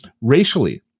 Racially